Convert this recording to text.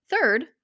Third